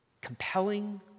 compelling